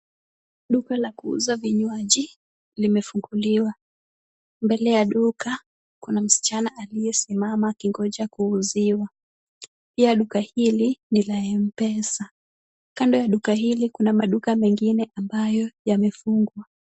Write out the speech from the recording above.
Duka la kuuza vinywaji limefunguliwa. Mbele ya duka kuna msichana aliyesimama akingoja kuuziwa. Pia duka hili ni la mpesa. Kando ya duka hili kuna maduka mengine ambayo yamefungwa.